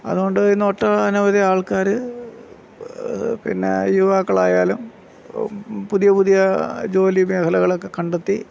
അതുകൊണ്ട് ഇന്ന് ഒട്ടനവധി ആൾക്കാര് പിന്നെ യുവാക്കളായാലും പുതിയ പുതിയ ജോലി മേഖലകളൊക്കെ കണ്ടെത്തി